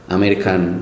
American